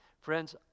Friends